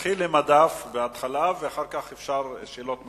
תתחיל עם הדף ואחר כך אפשר גם שאלות נוספות.